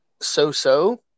So-so